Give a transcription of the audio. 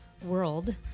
world